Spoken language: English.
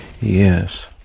Yes